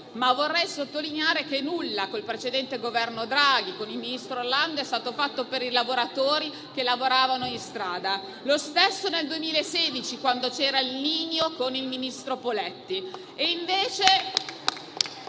ma vorrei sottolineare che nulla con il precedente Governo Draghi e con il ministro Orlando è stato fatto per coloro che lavoravano in strada. Lo stesso è accaduto nel 2016, quando c'era il Niño con il ministro Poletti.